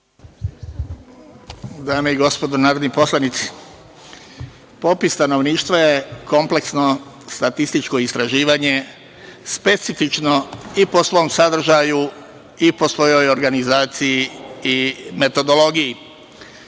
Dame i gospodo narodni poslanici, popis stanovništva je kompleksno statističko istraživanje, specifično i po svom sadržaju i po svojoj organizaciji i metodologiji.